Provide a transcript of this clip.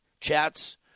chats